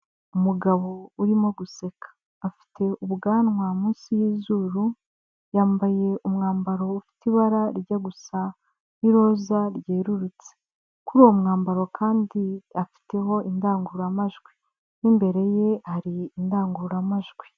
Umugabo urimo guseka. Afite ubwanwa munsi y'izuru, yambaye umwambaro ufite ibara rijya gusa n'iroza, ryerurutse. Kuri uwo mwambaro kandi afiteho indangururamajwi. N'imbere ye hari indangururamajwi.